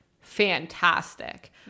fantastic